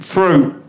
Fruit